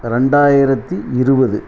ரெண்டாயிரத்தி இருபது